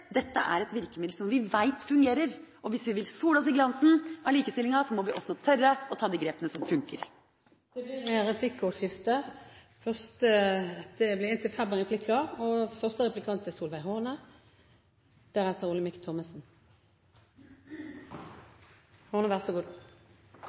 Dette er en veldig viktig sak. Spørsmålet om kvotering er umåtelig viktig også når det dreier seg om styrerom, og når det dreier seg om arbeidslivet for øvrig. Det er et virkemiddel som vi vet fungerer. Hvis vi vil sole oss i glansen av likestillinga, må vi også tørre å ta de grepene som funker. Det blir